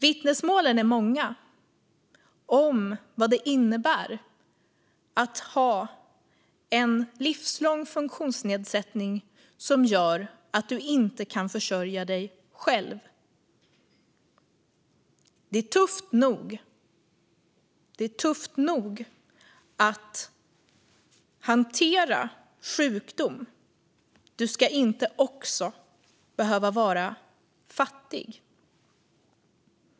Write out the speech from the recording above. Vittnesmålen är många om vad det innebär att ha en livslång funktionsnedsättning som gör att du inte kan försörja dig själv. Det är tufft nog att hantera sjukdom. Du ska inte också behöva vara fattig.